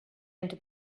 into